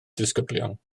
disgyblion